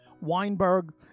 Weinberg